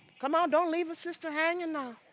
come on. don't leave a sister hanging now